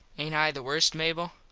aint i the worst, mable?